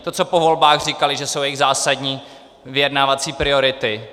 To, co po volbách říkali, že jsou jejich zásadní vyjednávací priority.